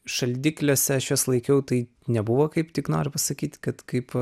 šaldikliuose aš juos laikiau tai nebuvo kaip tik noriu pasakyt kad kaip